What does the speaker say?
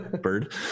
bird